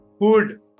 food